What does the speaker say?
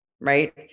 right